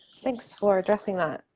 thanks for addressing that.